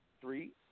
three